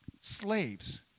Slaves